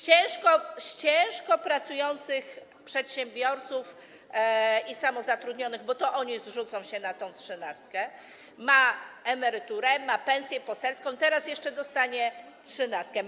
Dzięki ciężko pracującym przedsiębiorcom i samozatrudnionym, bo to oni zrzucą się na tę trzynastkę, ma emeryturę, ma pensję poselską, teraz jeszcze dostanie trzynastkę.